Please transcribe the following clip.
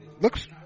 looks